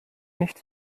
nicht